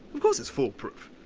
of course it's foolproof!